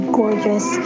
gorgeous